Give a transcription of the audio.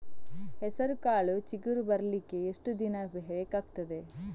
ಹೆಸರುಕಾಳು ಚಿಗುರು ಬರ್ಲಿಕ್ಕೆ ಎಷ್ಟು ದಿನ ಬೇಕಗ್ತಾದೆ?